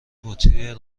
بطری